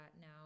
now